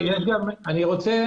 אני רוצה